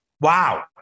Wow